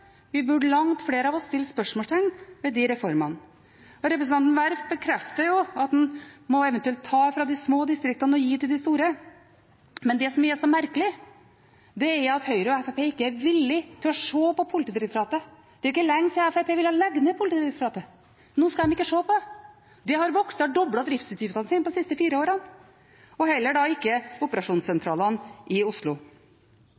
oss burde satt spørsmålstegn ved reformene. Representanten Werp bekrefter at en eventuelt må ta fra de små distriktene og gi til de store. Men det som er så merkelig, er at Høyre og Fremskrittspartiet ikke er villige til å se på Politidirektoratet. Det er jo ikke lenge siden Fremskrittspartiet ville legge ned Politidirektoratet. Nå skal de ikke se på det – det har vokst, og driftsutgiftene er doblet de siste fire årene – og heller ikke